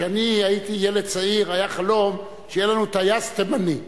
כשאני הייתי ילד צעיר היה חלום שיהיה לנו טייס תימני.